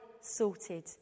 sorted